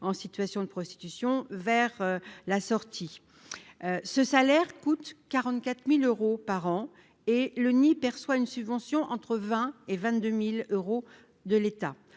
en situation de prostitution vers la sortie, ce salaire coûte 44000 euros par an et le ni perçoit une subvention entre 20 et 22000 euros de l'État,